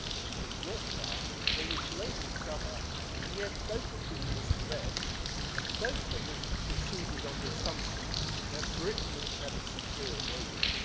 and ah yorktown, they would blame each other and yet both have been misled and both had ah preceded on the assumption that britain would've had the superior navy.